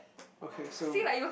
okay so